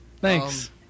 Thanks